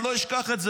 אני לא אשכח את זה,